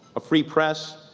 a free press,